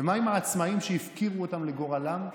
ומה עם העצמאים, שהפקירו אותם לגורלם?